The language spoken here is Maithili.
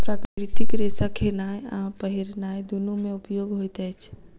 प्राकृतिक रेशा खेनाय आ पहिरनाय दुनू मे उपयोग होइत अछि